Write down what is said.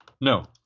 no